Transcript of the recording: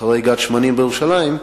אחרי גת-שמנים בירושלים,